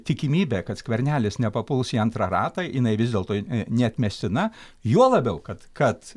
tikimybė kad skvernelis nepapuls į antrą ratą jinai vis dėlto neatmestina juo labiau kad kad